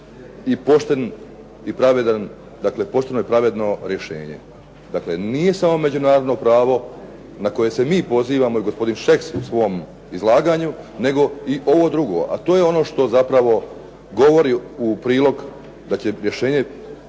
pošteno i pravedno rješenje. Dakle, nije samo međunarodno pravo na koje se mi pozivamo i gospodin Šeks u svom izlaganju nego i ovo drugo a to je ono što zapravo govori u prilog da će rješenje